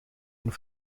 een